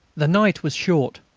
the night was short.